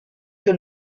que